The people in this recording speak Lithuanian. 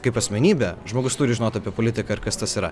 kaip asmenybę žmogus turi žinot apie politiką ir kas tas yra